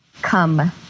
come